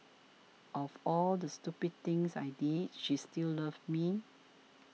of all the stupid things I did she still loved me